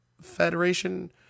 federation